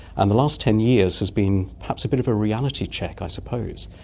and the last ten years has been perhaps a bit of a reality check, i suppose.